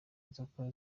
nzoka